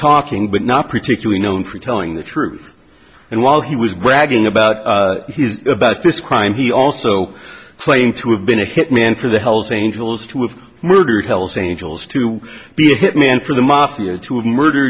talking but not particularly known for telling the truth and while he was bragging about his about this crime he also claimed to have been a hitman for the hell's angels to have murdered hell's angels to be a hitman for the mafia to have murder